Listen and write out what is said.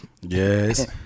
Yes